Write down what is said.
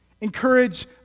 encourage